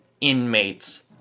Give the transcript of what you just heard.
inmate's